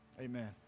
Amen